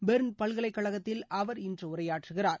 Berne பல்கலைக்கழகத்தில் அவர் இன்று உரையாற்றுகிறார்